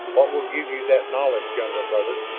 what will give you that knowledge, younger brother?